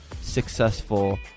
successful